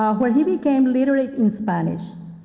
ah when he became literate in spanish,